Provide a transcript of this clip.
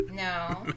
No